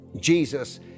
Jesus